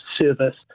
service